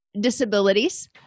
disabilities